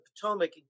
Potomac